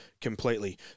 completely